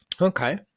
Okay